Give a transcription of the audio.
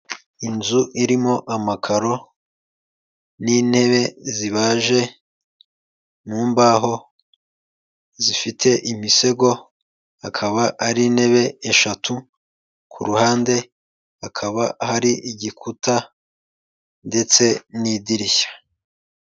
Inzu irimo amakaro n'intebe zibaje mu mbaho zifite imisego akaba ari intebe eshatu, ku ruhande hakaba hari igikuta ndetse n'idirishya.